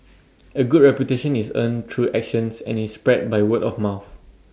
A good reputation is earned through actions and is spread by word of mouth